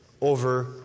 over